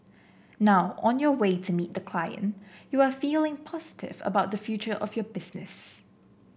now on your way to meet the client you are feeling positive about the future of your business